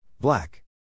Black